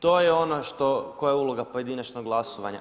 To je ono koja je uloga pojedinačnog glasovanja.